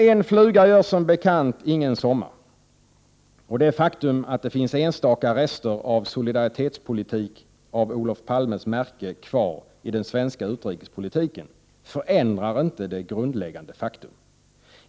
En fluga gör som bekant ingen sommar, och att det finns enstaka rester av solidaritetspolitik av Olof Palmes märke kvar i den svenska utrikespolitiken förändrar inte vad som är ett grundläggande faktum.